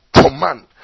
command